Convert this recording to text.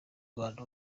rwanda